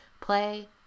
play